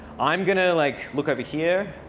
i'm going to like look over here.